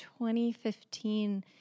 2015